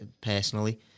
personally